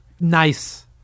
nice